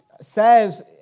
says